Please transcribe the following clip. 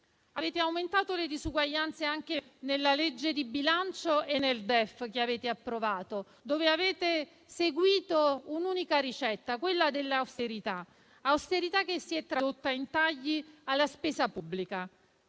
avete aumentato le disuguaglianze anche con la legge di bilancio e con il DEF che avete approvato, in cui avete seguito un'unica ricetta, quella dell'austerità, che si è tradotta in tagli alla spesa pubblica